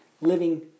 living